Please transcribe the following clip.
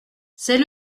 c’est